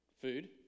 food